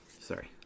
sorry